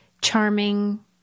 charming